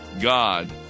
God